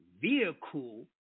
vehicle